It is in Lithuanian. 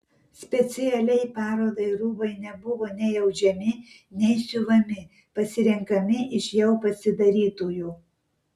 specialiai parodai rūbai nebuvo nei audžiami nei siuvami pasirenkami iš jau pasidarytųjų